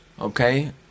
Okay